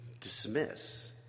dismiss